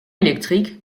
électriques